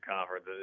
Conference